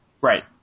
Right